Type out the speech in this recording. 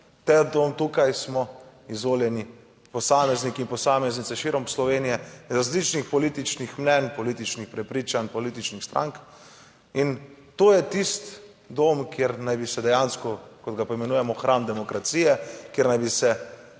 Ta dom tukaj smo izvoljeni posamezniki in posameznice širom Slovenije iz različnih političnih mnenj, političnih prepričanj, političnih strank in to je tisti dom, kjer naj bi se dejansko, kot ga poimenujemo, hram demokracije, kjer naj bi se